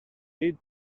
eat